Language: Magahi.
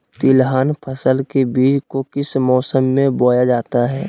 तिलहन फसल के बीज को किस मौसम में बोया जाता है?